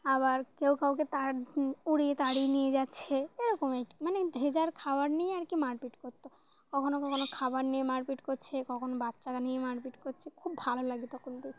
আবার কেউ কাউকে তার উড়িয়ে তাড়িয়ে নিয়ে যাচ্ছে এরকমই কি মানে যে যার খাবার নিয়ে আর কি মারপিট করতো কখনও কখনও খাবার নিয়ে মারপিট করছে কখনও বাচ্চা নিয়ে মারপিট করছে খুব ভালো লাগে তখন দেখতে